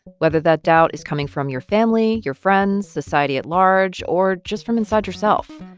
whether that doubt is coming from your family, your friends, society at large or just from inside yourself.